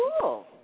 cool